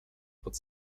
pod